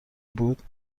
بود